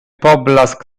poblask